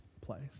place